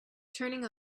turning